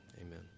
Amen